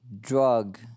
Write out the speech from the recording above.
drug